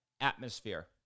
atmosphere